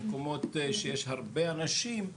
במקומות שיש בהם הרבה אנשים,